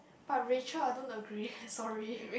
but Racheal I don't agree sorry